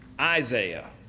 Isaiah